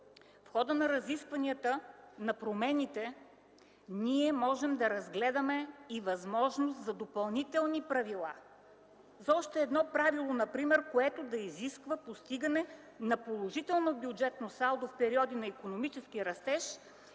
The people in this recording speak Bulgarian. В хода на разискванията на промените ние можем да разгледаме и възможност за допълни правила – за още едно правило например, което да изисква постигане на положително бюджетно салдо в периоди на икономически растеж